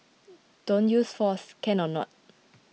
don't use force can or not